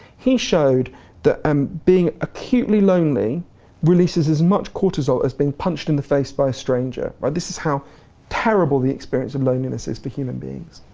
he showed that um being acutely lonely releases as much cortisol as being punched in the face by a stranger. this is how terrible the experience of loneliness is for human beings.